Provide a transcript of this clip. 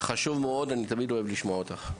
חשוב מאוד, אני תמיד אוהב לשמוע אותך.